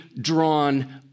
drawn